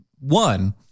One